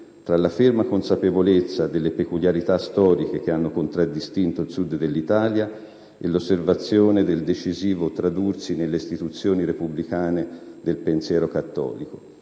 tra la ferma consapevolezza delle peculiarità storiche che hanno contraddistinto il Sud dell'Italia e l'osservazione del decisivo tradursi nelle istituzioni repubblicane del pensiero cattolico.